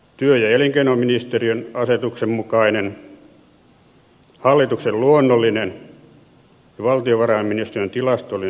työ ja elinkeinoministeriön asetuksen mukainen hallituksen luonnollinen ja valtiovarainministeriön tilastollinen työssäkäyntialue